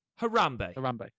Harambe